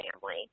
family